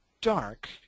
dark